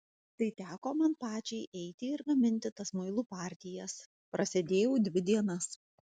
tai teko man pačiai eiti ir gaminti tas muilų partijas prasėdėjau dvi dienas